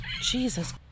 Jesus